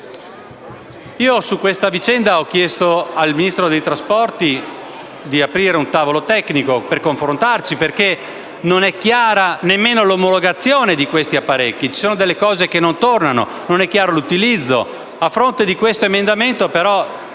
Su questa vicenda ho chiesto al Ministro delle infrastrutture e dei trasporti di aprire un tavolo tecnico per confrontarci, perché non è chiara nemmeno l'omologazione di questi apparecchi: ci sono delle cose che non tornano e non è chiaro il loro utilizzo. A fronte dell'emendamento,